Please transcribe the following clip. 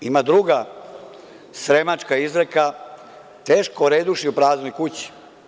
Ima druga sremačka izreka – teško reduši u praznoj kući.